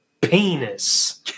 Penis